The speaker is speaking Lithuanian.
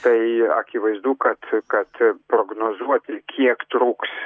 tai akivaizdu kad kad prognozuoti kiek truks